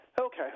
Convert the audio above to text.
Okay